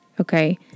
Okay